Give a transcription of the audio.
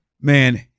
man